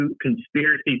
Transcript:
conspiracy